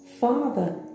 father